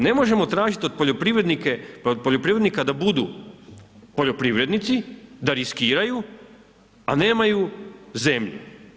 Ne možemo tražiti od poljoprivrednika da budu poljoprivrednici, da riskiraju, a nemaju zemlje.